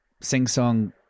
sing-song